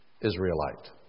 Israelite